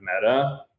Meta